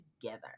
together